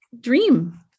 dream